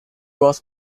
was